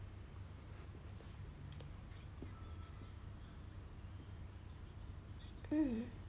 mm